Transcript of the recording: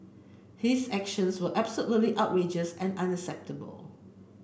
his actions were absolutely outrageous and unacceptable